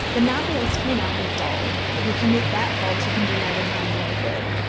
the novelist may not be dull. if he commit that fault he can do neither harm nor good.